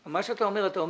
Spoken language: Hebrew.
מה שאתה אומר, אתה אומר: